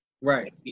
Right